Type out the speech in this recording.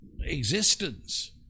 existence